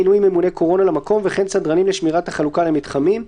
מינוי ממונה קורונה למקום וכן סדרנים לשמירת החלוקה למתחמים,